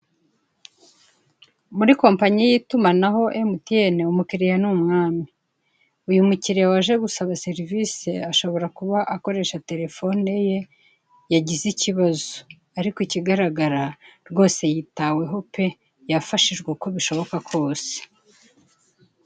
Muri kompanyi y'itumanaho emutiyeni umukiriya ni umwami. Uyu mukiriya waje gusaba serivise ashobora kuba akoresha telefone ye yagize ikibazo. Ariko ikigaragara rwose yitaweho pe yafashijwe uko bishoboka kose.